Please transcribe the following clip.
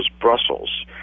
brussels